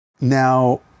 Now